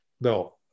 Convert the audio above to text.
No